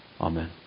Amen